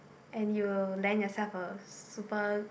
and you land yourself a super